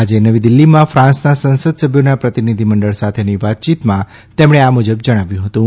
આજે નવી દિલ્ફીમાં ફાન્સના સંસદસભ્યોના પ્રતિનિધિમંડળ સાથેની વાતચીતમાં તેમણે આ મુજબ જણાવ્યું હતું